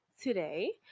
today